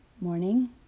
morning